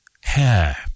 hair